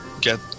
get